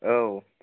औ